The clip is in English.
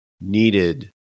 needed